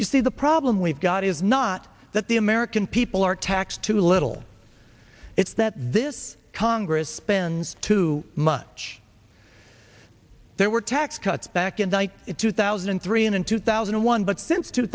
you see the problem we've got is not that the american people are taxed too little it's that this congress spends too much there were tax cuts back in the night in two thousand and three and in two thousand and one but since two